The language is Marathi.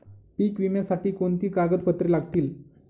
पीक विम्यासाठी कोणती कागदपत्रे लागतील?